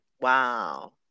Wow